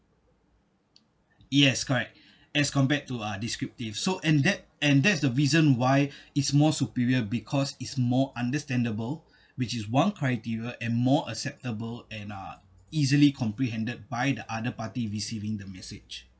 yes correct as compared to uh descriptive so and that and that's the reason why it's more superior because it's more understandable which is one criteria and more acceptable and are easily comprehended by the other party receiving the message